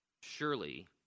Surely